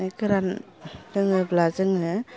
गोरान लोङोब्ला जोङो